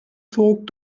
zog